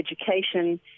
education